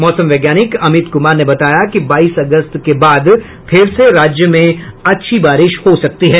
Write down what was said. मौसम वैज्ञानिक अमित कुमार ने बताया कि बाईस अगस्त के बाद फिर से राज्य में अच्छी बारिश हो सकती है